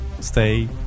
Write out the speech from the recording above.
Stay